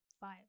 five